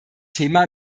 thema